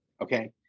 okay